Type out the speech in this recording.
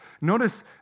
Notice